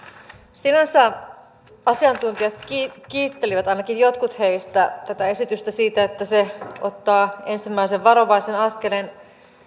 sinänsä asiantuntijat kiittelivät ainakin jotkut heistä tätä esitystä siitä että se ottaa ensimmäisen varovaisen askeleen